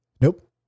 Nope